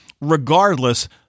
regardless